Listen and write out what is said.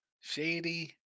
shady